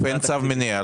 אין צו מניעה.